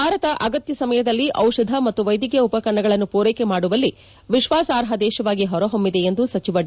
ಭಾರತ ಅಗತ್ಯ ಸಮಯದಲ್ಲಿ ಡಿಷಧ ಮತ್ತು ವೈದ್ಯಕೀಯ ಉಪಕರಣಗಳನ್ನು ಪೂರೈಕೆ ಮಾಡುವಲ್ಲಿ ವಿಶ್ವಾಸಾರ್ಹ ದೇಶವಾಗಿ ಹೊರಹೊಮ್ನಿದೆ ಎಂದು ಸಚಿವ ಡಿ